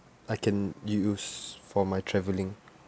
I can use for my travelling